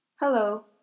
Hello